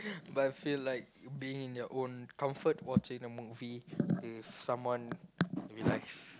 but I feel like being your own comfort watching the movie with someone we like